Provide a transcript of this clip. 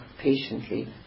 patiently